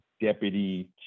Deputy